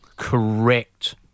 correct